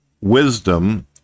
wisdom